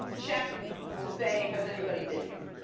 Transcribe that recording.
check to say, has anybody been here?